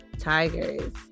Tigers